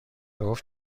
گفت